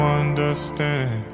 understand